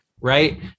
Right